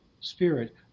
spirit